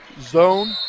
zone